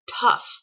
tough